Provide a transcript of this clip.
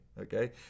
Okay